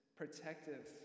protective